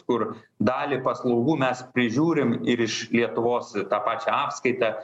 kur dalį paslaugų mes prižiūrim ir iš lietuvos tą pačią apskaitą